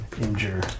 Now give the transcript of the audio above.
injure